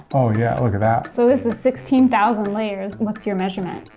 oh yeah, look at that. so this is sixteen thousand layers. what's your measurement?